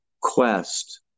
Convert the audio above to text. quest